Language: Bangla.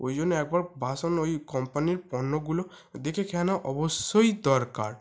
ওই জন্য একবার বাসন ওই কোম্পানির পণ্যগুলো দেখে কেনা অবশ্যই দরকার